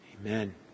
Amen